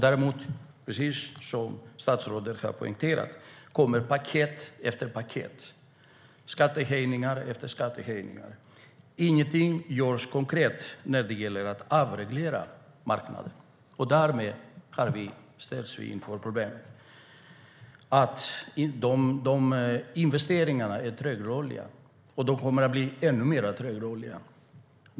Däremot kommer, precis som statsrådet poängterar, paket efter paket, skattehöjning efter skattehöjning. Ingenting konkret görs för att avreglera marknaden, och därmed ställs vi inför problemet att investeringarna är trögrörliga och kommer att bli ännu mer trögrörliga.